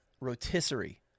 rotisserie